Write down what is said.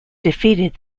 defeated